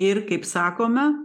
ir kaip sakome